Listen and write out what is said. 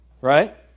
right